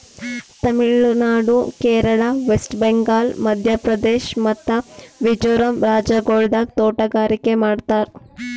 Tamil Nadu, Kerala, West Bengal, Madhya Pradesh ಮತ್ತ ಮಿಜೋರಂ ರಾಜ್ಯಗೊಳ್ದಾಗ್ ತೋಟಗಾರಿಕೆ ಮಾಡ್ತಾರ್